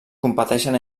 competeixen